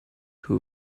who